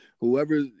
whoever